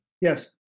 Yes